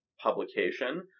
Publication